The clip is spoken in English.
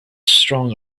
strong